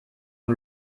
ont